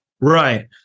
right